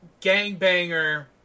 gangbanger